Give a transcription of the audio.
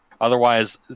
Otherwise